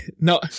no